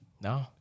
No